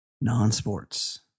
non-sports